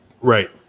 Right